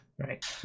Right